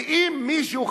ואם מישהו,